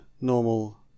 normal